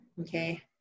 okay